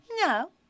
No